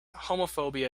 homophobia